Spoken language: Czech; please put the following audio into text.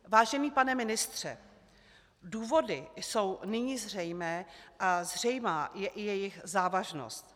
Vážený pane ministře, důvody jsou nyní zřejmé a zřejmá je i jejich závažnost.